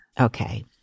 Okay